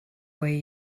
way